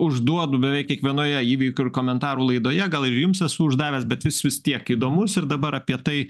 užduodu beveik kiekvienoje ivykių ir komentarų laidoje gal ir jums esu uždavęs bet jis vis tiek įdomus ir dabar apie tai